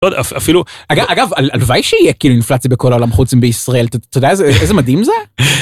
אפילו אגב הלוואי שיהיה כאילו אינפלציה בכל העולם חוץ מבישראל אתה יודע איזה מדהים זה.